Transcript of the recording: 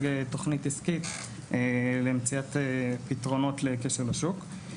תוכנית עסקית למציאת פתרונות לכשל השוק.